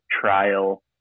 trial